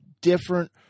different